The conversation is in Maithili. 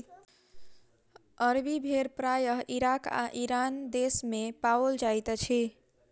अरबी भेड़ प्रायः इराक आ ईरान देस मे पाओल जाइत अछि